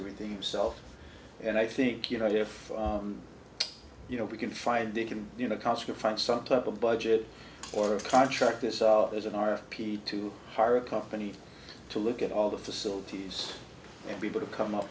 everything self and i think you know if you know we can find it can you know cause your friend some type of budget or a contract this out as an r f p to hire a company to look at all the facilities and be able to come up